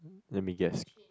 let me guess